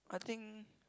I think